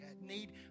need